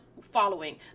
following